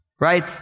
right